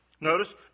Notice